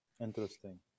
Interesting